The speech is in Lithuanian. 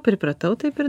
pripratau taip ir